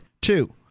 two